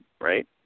right